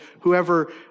whoever